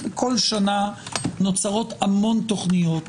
כל שנה נוצרות המון תכניות.